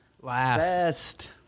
Last